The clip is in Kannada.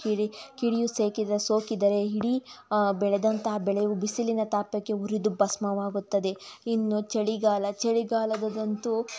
ಕಿಡಿ ಕಿಡಿಯು ಸೋಕಿದ ಸೋಕಿದರೆ ಇಡೀ ಆ ಬೆಳೆದಂತಹ ಬೆಳೆಯು ಬಿಸಿಲಿನ ತಾಪಕ್ಕೆ ಉರಿದು ಭಸ್ಮವಾಗುತ್ತದೆ ಇನ್ನು ಚಳಿಗಾಲ ಚಳಿಗಾಲದಲ್ಲಂತೂ